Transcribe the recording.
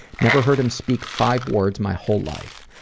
never heard him speak five words my whole life.